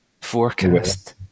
forecast